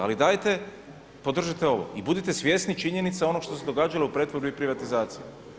Ali dajte podržite ovo i budite svjesni činjenice onog što se događalo u pretvorbi i privatizaciji.